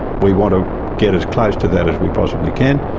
we want to get as close to that as we possibly can.